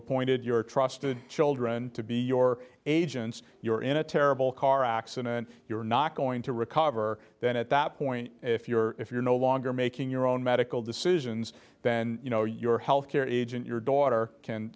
appointed your trusted children to be your agents you're in a terrible car accident you're not going to recover then at that point if you're if you're no longer making your own medical decisions then you know your health care agent your daughter can